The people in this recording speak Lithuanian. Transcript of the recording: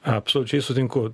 absoliučiai sutinku